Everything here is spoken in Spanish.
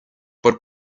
por